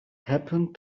happened